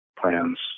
plans